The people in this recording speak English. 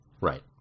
Right